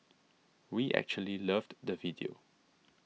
we actually loved the video